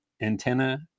antenna